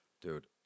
Dude